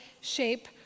shape